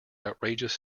outrageous